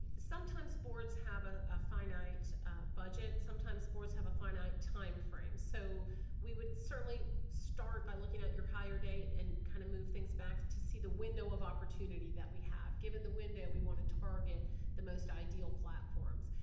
sometimes boards have a a finite budget, sometimes boards have a finite time frame, so we would certainly start by looking at your hire date and kind of move things back to see the window of opportunity that we have. given the window we want to target the most ideal platforms.